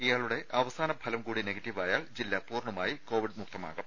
ഇയാളുടെ അവസാന ഫലം കൂടി നെഗറ്റീവായാൽ ജില്ല പൂർണമായി കോവിഡ് മുക്തമാകും